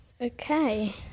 Okay